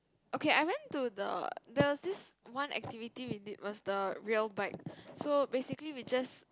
okay I went to the there was this one activity we did was the rail bike so basically we just